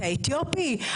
אתה אתיופי?